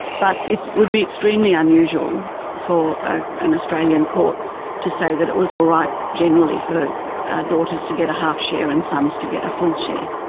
but it would be extremely unusual for an australian court to say that it was alright generally for daughters to get a half share and sons to get a full share.